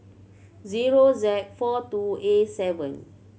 zero Z four two A seven